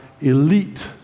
elite